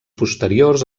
posteriors